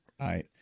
right